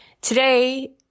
today